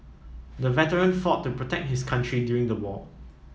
the veteran fought to protect his country during the war